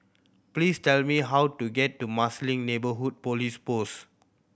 please tell me how to get to Marsiling Neighbourhood Police Post